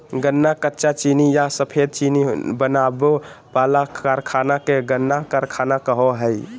गन्ना कच्चा चीनी या सफेद चीनी बनावे वाला कारखाना के गन्ना कारखाना कहो हइ